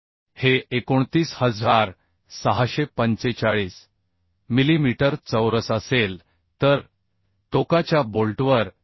हे 29645 मिलीमीटर चौरस असेल तर टोकाच्या बोल्टवर Fm